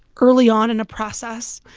early on in a process.